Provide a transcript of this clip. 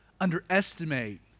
underestimate